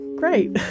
great